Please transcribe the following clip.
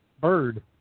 bird